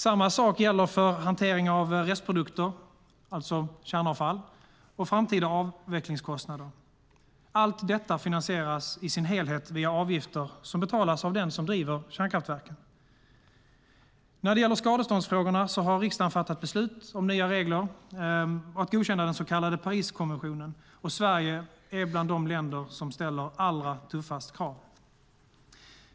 Samma sak gäller för hanteringen av restprodukter, alltså kärnavfall, och framtida avvecklingskostnader. Allt detta finansieras i sin helhet via avgifter som betalas av den som driver kärnkraftverket. När det gäller skadeståndsfrågorna har riksdagen fattat beslut om nya regler och om att godkänna den så kallade Pariskonventionen. Sverige är bland de länder som ställer allra tuffast krav.